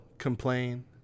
complain